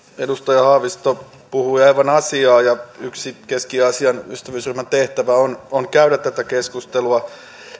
edustaja haavisto puhui aivan asiaa ja yksi keski aasian ystävyysryhmän tehtävä on on käydä tätä keskustelua